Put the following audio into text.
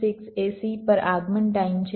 6 A c પર આગમન time છે